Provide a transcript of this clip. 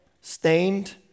stained